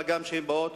מה גם שהן באות